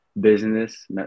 business